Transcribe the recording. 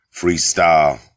Freestyle